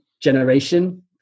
generation